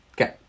okay